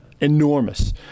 enormous